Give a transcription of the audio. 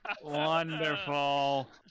Wonderful